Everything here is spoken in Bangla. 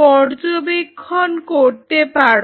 পর্যবেক্ষণ করতে পারো